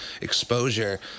exposure